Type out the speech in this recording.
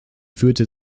führte